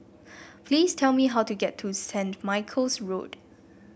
please tell me how to get to Saint Michael's Road